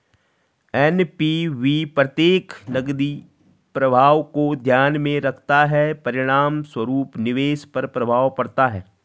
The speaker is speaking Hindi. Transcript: एन.पी.वी प्रत्येक नकदी प्रवाह को ध्यान में रखता है, परिणामस्वरूप निवेश पर प्रभाव पड़ता है